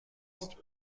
ist